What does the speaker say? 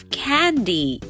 candy